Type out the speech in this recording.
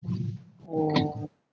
oo